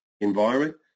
environment